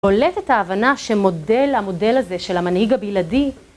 בולטת ההבנה שמודל המודל הזה של המנהיג הבלעדי